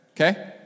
Okay